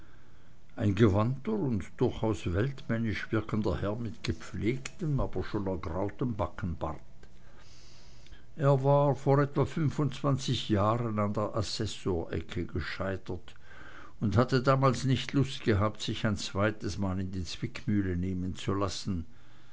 ein gewandter und durchaus weltmännisch wirkender herr mit gepflegtem aber schon angegrautem backenbart er war vor etwa fünfundzwanzig jahren an der assessorecke gescheitert und hatte damals nicht lust gehabt sich ein zweites mal in die zwickmühle nehmen zu lassen